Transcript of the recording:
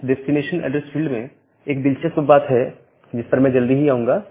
इस destination address field में एक दिलचस्प बात है जिस पर मैं जल्दी ही आऊंगा